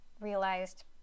realized